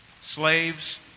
slaves